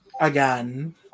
Again